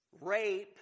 rape